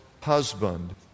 husband